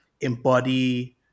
embody